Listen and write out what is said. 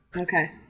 Okay